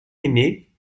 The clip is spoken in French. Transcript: aimé